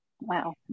Wow